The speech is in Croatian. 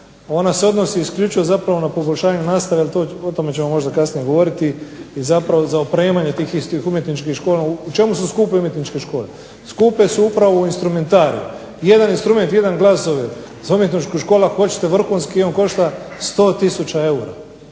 ona se odnosi isključivo na poboljšanje nastave, o tome ćemo kasnije govoriti, i zapravo za opremanje tih umjetničkih škola. U čemu su skupe umjetničke škole? Skupe su upravo u instrumentariju, jedan instrument, jedan glasovir za umjetničku školu ako hoćete vrhunski on košta 100 tisuća